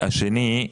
השני,